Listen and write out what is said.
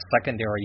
secondary